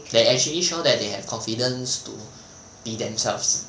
can actually show that they have confidence to be themselves